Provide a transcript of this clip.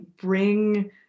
bring